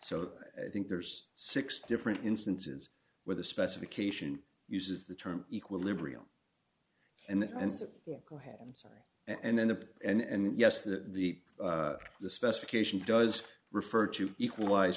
so i think there's six different instances where the specification uses the term equilibrium and go ahead i'm sorry and then the and yes that the the specification does refer to equalize